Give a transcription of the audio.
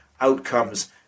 outcomes